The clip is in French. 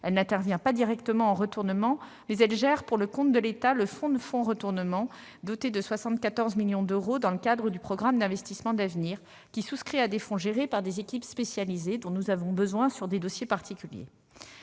Elle n'intervient pas directement en retournement, mais elle gère pour le compte de l'État le Fonds de fonds de retournement, ou FFR, doté de 74,7 millions d'euros dans le cadre du programme d'investissements d'avenir, qui souscrit à des fonds gérés par des équipes spécialisées et dont nous avons besoin sur certains dossiers. Je tiens